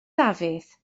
dafydd